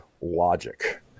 logic